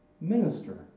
minister